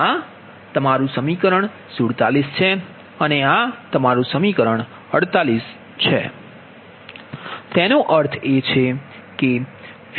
આ તમારું સમીકરણ 47 છે અને આ સમીકરણ તમારું 48 છે